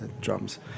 drums